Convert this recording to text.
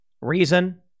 Reason